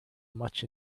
much